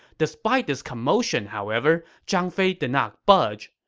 despite this commotion, however, zhang fei did not budge.